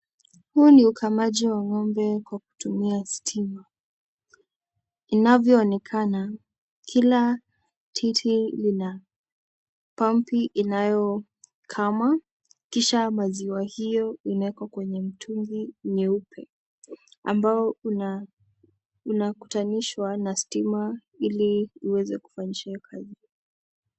Huu ni ukamaji wa ng'ombe kwa kutumia stima, inavyoonekana kila titi lina pampu inayokama kisha maziwa hio inawekwa kwenye mtungi nyeupe, ambao unakutanishwa na stima ili uweze kufanyishwa kazi.